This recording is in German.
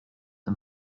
und